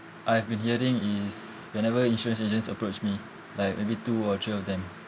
I've been hearing is whenever insurance agents approach me like maybe two or three of them